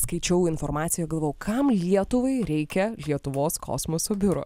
skaičiau informaciją galvojau kam lietuvai reikia lietuvos kosmoso biuro